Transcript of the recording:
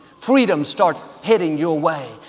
freedom starts heading your way.